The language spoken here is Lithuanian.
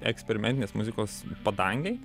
eksperimentinės muzikos padangėj